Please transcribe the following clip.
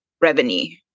revenue